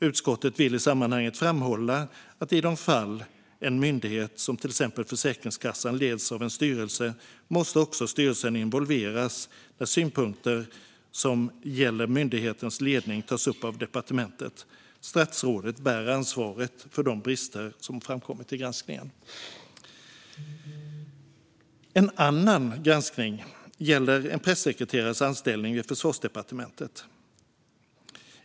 Utskottet vill i sammanhanget framhålla att i de fall en myndighet, som till exempel Försäkringskassan, leds av en styrelse måste också styrelsen involveras när synpunkter som gäller myndighetens ledning tas upp av departementet. Statsrådet bär ansvaret för de brister som framkommit i granskningen. En annan granskning gäller en pressekreterares anställning vid Försvarsdepartementet.